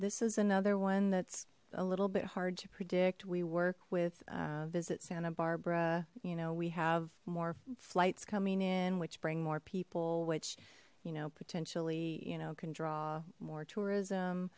this is another one that's a little bit hard to predict we work with visit santa barbara you know we have more flights coming in which bring more people which you know potentially you know can draw more tourism